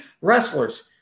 wrestlers